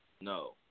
no